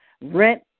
Rent